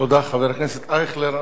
תודה, חבר הכנסת אייכלר.